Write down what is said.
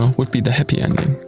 um would be the happy ending.